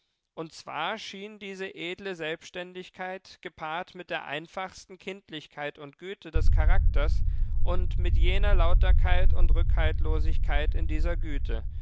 und zwar schien diese edle selbständigkeit gepaart mit der einfachsten kindlichkeit und güte des charakters und mit jener lauterkeit und rückhaltlosigkeit in dieser güte